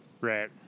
Right